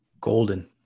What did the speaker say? Golden